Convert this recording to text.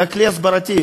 זה כלי הסברתי.